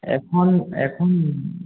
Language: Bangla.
এখন এখন